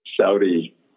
Saudi